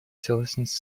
целостность